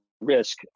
risk